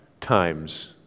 times